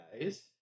guys